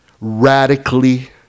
radically